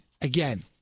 again